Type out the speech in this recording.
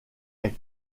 est